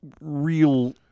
real